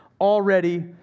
already